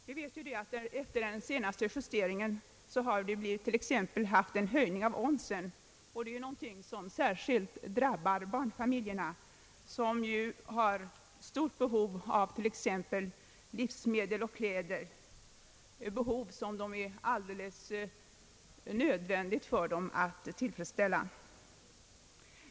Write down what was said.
Vi vet ju att efter den senaste justeringen har vi t.ex. fått en höjning av omsättningsskatten, och det drabbar särskilt barnfamiljerna som ju har stort behov av t.ex. livsmedel och kläder, behov som nödvändigtvis måste tillfredsställas.